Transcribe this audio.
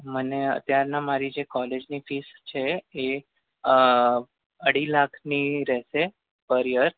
મને અત્યારના મારી જે કોલેજની ફીસ છે એ અઢી લાખની રહેશે પર યર